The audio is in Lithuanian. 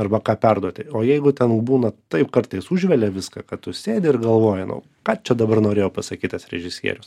arba ką perduoti o jeigu ten būna taip kartais užvelia viską kad tu sėdi ir galvoji nu ką čia dabar norėjo pasakyt tas režisierius